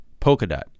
Polkadot